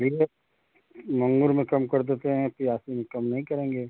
ठीक है माँगूर मे कम कर देते हैं फ़ि राफ़ी मे कम नहीं करेंगे